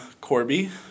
Corby